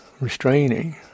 restraining